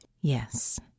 Yes